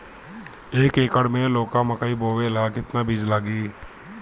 एक एकर मे लौका मकई बोवे ला कितना बिज लागी?